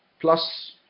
plus